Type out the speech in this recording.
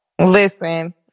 Listen